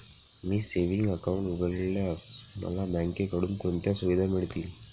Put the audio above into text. मी savings account उघडल्यास मला बँकेकडून कोणत्या सुविधा मिळतील?